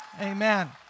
Amen